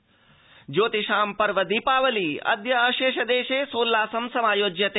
दीपावली ज्योतिषां पर्व दीपावली अद्य अशेष देशे सोल्लासं समायोज्यते